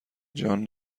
جان